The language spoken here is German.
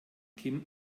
kim